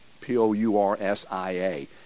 P-O-U-R-S-I-A